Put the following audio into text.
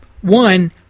one